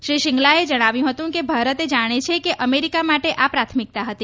શ્રી શ્રીંગલાએ જણાવ્યું હતું કે ભારતએ જાણે છે કે અમેરિકા માટે આ પ્રાથમિકતા હતી